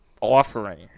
offering